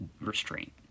restraint